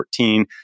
2014